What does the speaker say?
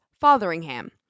Fotheringham